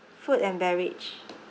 food and beverage